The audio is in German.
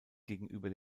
gegenüber